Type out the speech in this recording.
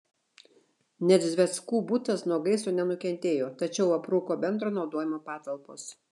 nedzveckų butas nuo gaisro nenukentėjo tačiau aprūko bendro naudojimo patalpos